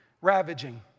ravaging